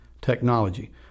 technology